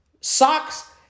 socks